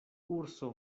urso